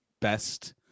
best